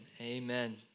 Amen